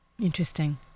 Interesting